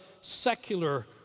secular